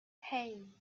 hey